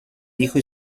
hijo